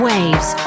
Waves